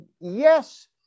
Yes